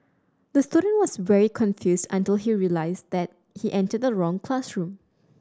the student was very confused until he realised that he entered the wrong classroom